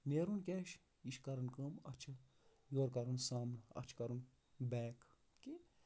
نیرُن کیاہ چھُ یہِ چھُ کَرُن کٲم اَتھ چھُ یورٕ کَرُن سامنہٕ اَتھ چھُ بیک کہِ